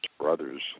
brothers